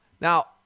now